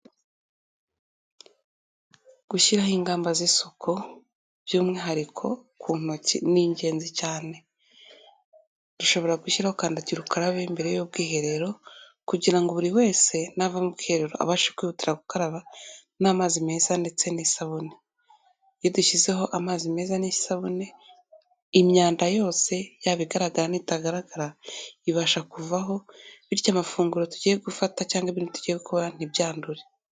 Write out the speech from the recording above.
Gushyiraho ingamba z'isuku by'umwihariko ku ntoki ni ingenzi cyane, dushobora gushyiraho kandagira ukarabe imbere y'ubwiherero kugira ngo buri wese nava mu bwiherero abashe kwihutira gukaraba n'amazi meza ndetse n'isabune. Iyo dushyizeho amazi meza n'isabune imyanda yose yaba igaragara n'itagaragara ibasha kuvaho bityo amafunguro tugiye gufata cyangwa ibindi tugiye gukora ntibyandure.